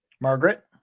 Margaret